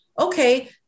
okay